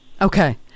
Okay